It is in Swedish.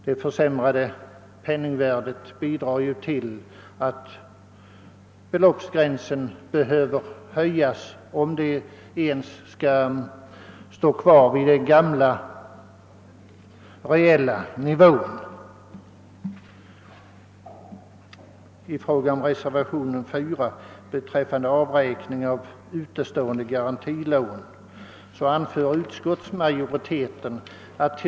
Det försämrade penningvärdet är också en anledning till att beloppsgränsen behöver höjas. Det är nödvändigt för att denna reellt skall kunna ligga kvar på den gamla nivån.